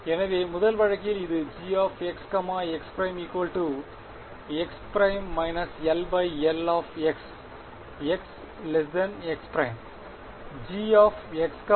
எனவே முதல் வழக்கில் இது Gx x′ x′ llx x x′